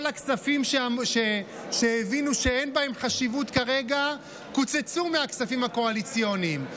כל הכספים שהבינו שאין בהם חשיבות כרגע קוצצו מהכספים הקואליציוניים.